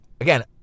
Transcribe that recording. Again